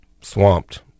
swamped